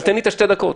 אבל תן לי שתי דקות.